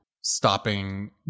stopping